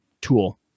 tool